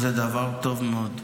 זה דבר טוב מאוד.